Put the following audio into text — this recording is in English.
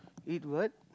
eat what